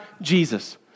Jesus